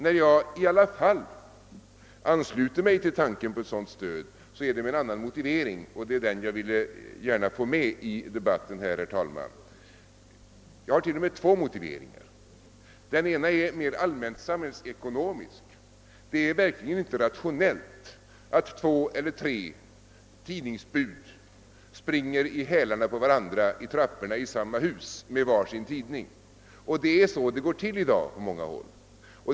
När jag i alla fall ansluter mig till tanken på ett sådant stöd har jag en annan motivering, och den vill jag gärna få med i debatten här, herr talman. Jag har till och med två motiveringar. Den ena är mer allmänt samhällsekonomisk. Det är verkligen inte rationellt att två eller tre tidningsbud springer i hälarna på varandra i trapporna i samma hus med var sin tidning, men så går det till i dag på många håll.